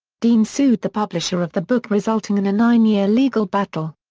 dean sued the publisher of the book resulting in a nine year legal battle.